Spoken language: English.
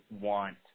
want